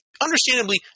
understandably